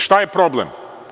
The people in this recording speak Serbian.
Šta je problem?